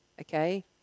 Okay